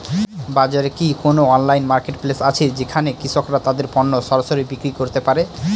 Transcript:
বাজারে কি কোন অনলাইন মার্কেটপ্লেস আছে যেখানে কৃষকরা তাদের পণ্য সরাসরি বিক্রি করতে পারে?